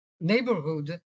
neighborhood